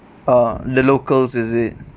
ah the locals is it